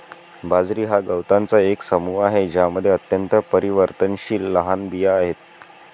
बाजरी हा गवतांचा एक समूह आहे ज्यामध्ये अत्यंत परिवर्तनशील लहान बिया आहेत